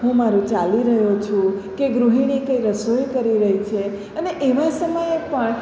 હું મારું ચાલી રહ્યો છું કે ગૃહીણી કે રસોઈ કરી રહી છે અને એવા સમયે પણ